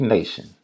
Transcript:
Nation